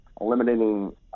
eliminating